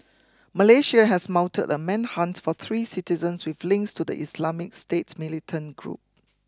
Malaysia has mounted a manhunt for three citizens with links to the Islamic State militant group